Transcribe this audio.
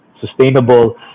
sustainable